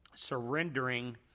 Surrendering